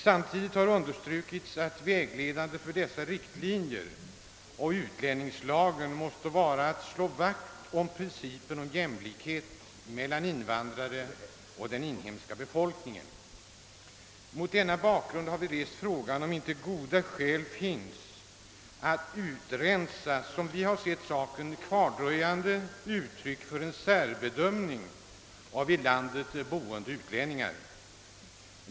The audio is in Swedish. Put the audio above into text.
Samtidigt har vi understrukit att det vägledande för riktlinjerna och för utlänningslagen måste vara att slå vakt om principerna om jämlikhet mellan de invandrande och den inhemska befolkningen. Mot denna bak grund har vi rest frågan om det inte finns goda skäl för att utrensa — som vi sett det — kvardröjande uttryck för en särbedömning av i landet boende utlänningar.